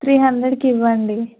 three హండ్రెడ్కి ఇవ్వండి